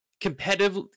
competitive